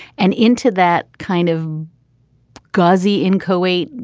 and into that kind of gauzy in kuwait,